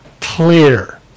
clear